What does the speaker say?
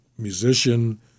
Musician